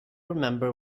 remember